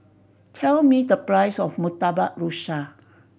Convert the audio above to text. tell me the price of Murtabak Rusa